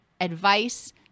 advice